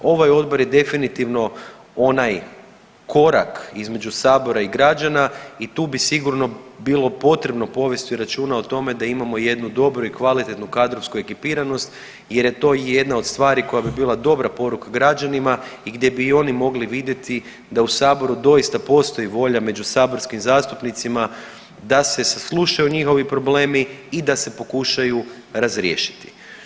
Ovaj odbor je definitivno onaj korak između sabora i građana i tu bi sigurno bilo potrebno povesti računa o tome da imamo jednu dobru i kvalitetnu kadrovsku ekipiranost jer je to jedna od stvari koja bi bila dobra poruka građanima i gdje bi i oni mogli vidjeti da u saboru doista postoji volja među saborskim zastupnicima da se saslušaju njihovi problemi i da se pokušaju razriješiti.